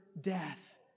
death